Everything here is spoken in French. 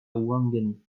ouangani